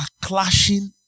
clashing